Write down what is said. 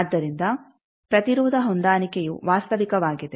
ಆದ್ದರಿಂದ ಪ್ರತಿರೋಧ ಹೊಂದಾಣಿಕೆಯು ವಾಸ್ತವಿಕವಾಗಿದೆ